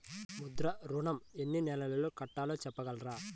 ముద్ర ఋణం ఎన్ని నెలల్లో కట్టలో చెప్పగలరా?